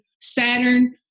Saturn